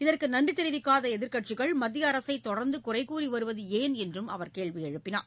இதற்கு நன்றி தெரிவிக்காத எதிர்க்கட்சிகள் மத்திய அரசை தொடர்ந்து குறை கூறிவருவது ஏன் என்றும் அவர் கேள்வி எழுப்பினார்